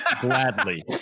gladly